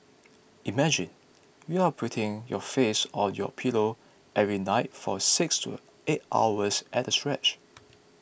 imagine you're putting your face on your pillow every night for six to eight hours at a stretch